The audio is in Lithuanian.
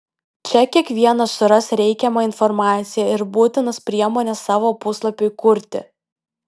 čia kiekvienas suras reikiamą informaciją ir būtinas priemones savo puslapiui kurti